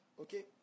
okay